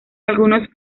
algunos